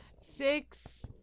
Six